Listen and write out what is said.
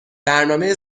برنامه